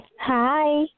Hi